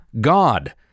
God